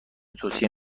توصیه